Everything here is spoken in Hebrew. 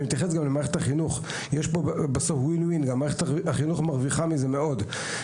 יש כאן Win-Win ומערכת החינוך מרוויחה מזה מאוד.